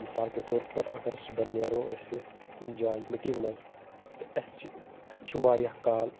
مِثال کے طور پر اگر صُبحن نیرو أسۍ کُنہِ جایہِ مِٹِنگ منٛز تہٕ اسہِ چھ اَسہِ چھ واریاہ کال